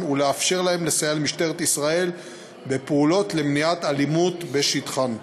ולאפשר להן לסייע למשטרת ישראל בפעולות למניעת אלימות בשטחן.